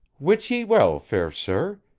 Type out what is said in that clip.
wit ye well, fair sir.